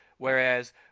whereas